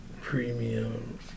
premium